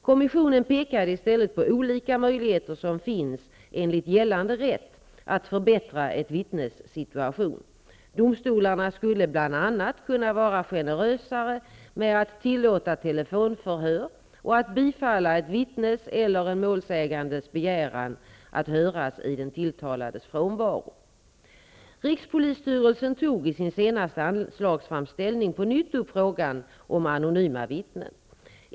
Kommissionen pekade i stället på olika möjligheter som finns enligt gällande rätt att förbättra ett vittnes situation. Domstolarna skulle bl.a. kunna vara generösare med att tillåta telefonförhör och att bifalla ett vittnes eller en målsägandes begäran att höras i den tilltalades frånvaro. Rikspolisstyrelsen tog i sin senaste anslagsframställning på nytt upp frågan om anonyma vittnen.